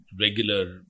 regular